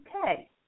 Okay